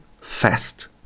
fast